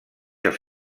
els